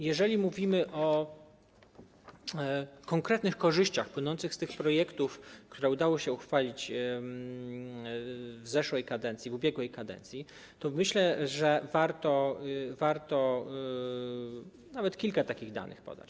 Jeżeli mówimy o konkretnych korzyściach płynących z tych projektów, które udało się przyjąć w zeszłej kadencji, w ubiegłej kadencji, to myślę, że warto nawet kilka takich danych podać.